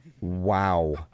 Wow